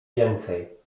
więcej